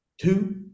two